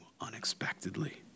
unexpectedly